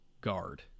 guard